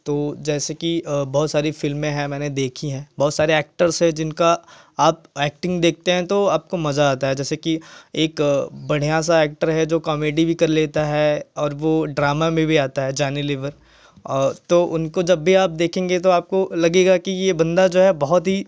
तो जैसे कि बहुत सारी फ़िल्में हैं मैंने देखी है बहुत सारे एक्टर्स है जिनका आप एक्टिंग देखते हैं तो आपको मज़ा आता है जैसे कि एक बढ़िया सा एक्टर है जो कॉमेडी भी कर लेता है और वह ड्रामा में भी आता है जॉनी लिवर तो उनको जब भी आप देखेंगे तो आपको लगेगा कि यह बंदा जो है बहुत ही